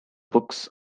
books